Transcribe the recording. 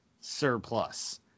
surplus